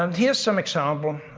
um here's some example,